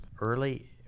early